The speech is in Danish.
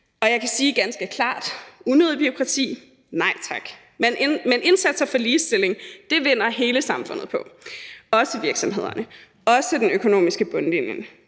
Jeg kan sige ganske klart: unødigt bureaukrati, nej tak, men indsatser for ligestilling vinder hele samfundet på, også virksomhederne – også den økonomiske bundlinje.